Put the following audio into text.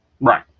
Right